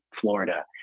Florida